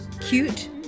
cute